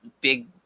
big